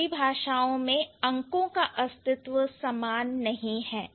सभी भाषाओं में अंको का अस्तित्व सामान नहीं है